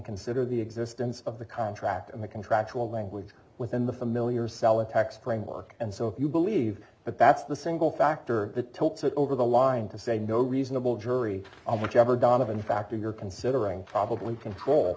consider the existence of the contract and the contractual language within the familiar cell attacks playing walk and so if you believe that that's the single factor the talks over the line to say no reasonable jury whichever donovan factor you're considering probably